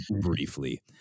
briefly